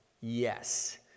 Yes